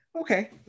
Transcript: okay